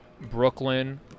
Brooklyn